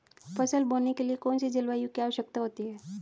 फसल बोने के लिए कौन सी जलवायु की आवश्यकता होती है?